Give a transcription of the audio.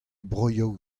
broioù